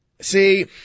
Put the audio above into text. See